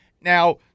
Now